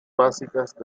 básicas